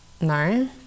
no